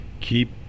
keep